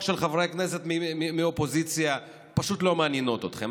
של חברי הכנסת מהאופוזיציה פשוט לא מעניינות אתכם.